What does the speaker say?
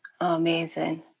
Amazing